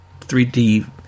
3D